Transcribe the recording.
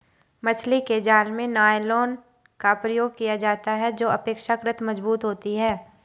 मछली के जाल में नायलॉन का प्रयोग किया जाता है जो अपेक्षाकृत मजबूत होती है